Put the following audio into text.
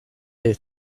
here